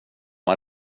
har